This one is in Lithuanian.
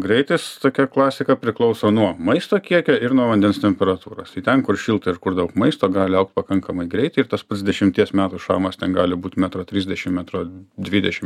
greitis tokia klasika priklauso nuo maisto kiekio ir nuo vandens temperatūros tai ten kur šilta ir kur daug maisto gali augt pakankamai greitai ir tas pats dešimties metų šamas ten gali būt metro trisdešim metro dvidešim